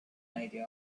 idea